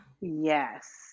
Yes